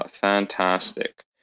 fantastic